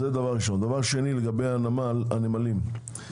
שנית, לגבי הנמלים,